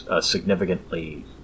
significantly